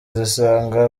zisanga